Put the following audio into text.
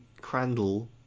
Crandall